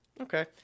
Okay